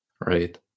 Right